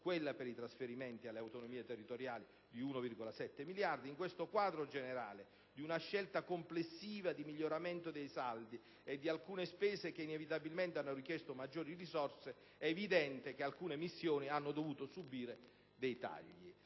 quella per i trasferimenti alle autonomie territoriali di 1,7 miliardi. In questo quadro generale, di una scelta complessiva di miglioramento dei saldi, e di alcune spese che inevitabilmente hanno richiesto maggiori risorse, è evidente che alcune missioni hanno dovuto subire dei tagli.